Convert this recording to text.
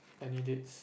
any dates